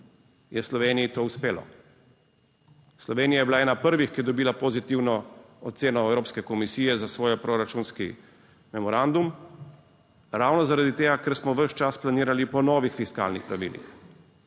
je Sloveniji to uspelo. Slovenija je bila ena prvih, ki je dobila pozitivno oceno Evropske komisije za svoj proračunski memorandum, ravno zaradi tega, ker smo ves čas planirali po novih fiskalnih pravilih